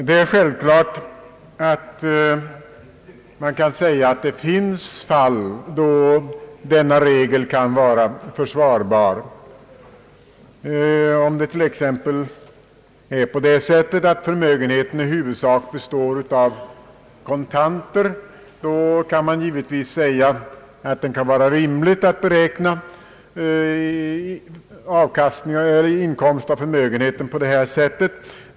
Det är självklart att det finns fall då denna regel kan vara försvarbar. Om t, ex. förmögenheten i huvudsak består av kontanter, kan man givetvis säga att det kan vara rimligt att beräkna inkomst av förmögenheten på detta sätt.